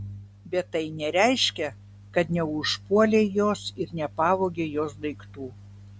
bet tai nereiškia kad neužpuolei jos ir nepavogei jos daiktų